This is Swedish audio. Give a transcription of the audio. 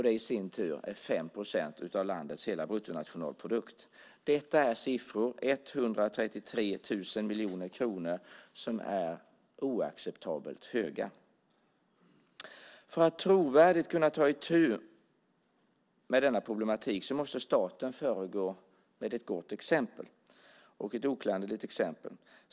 Det i sin tur är 5 procent av landets hela bruttonationalprodukt. Detta är siffror - 133 000 miljoner kronor - som är oacceptabelt höga. För att trovärdigt kunna ta itu med denna problematik måste staten föregå med ett gott exempel, och ett oklanderligt exempel.